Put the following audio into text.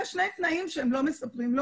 זה שני תנאים שהם לא מספרים.